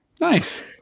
Nice